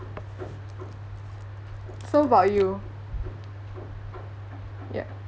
so about you ya